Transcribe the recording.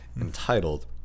entitled